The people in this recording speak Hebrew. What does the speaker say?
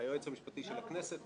היועץ המשפטי של הכנסת,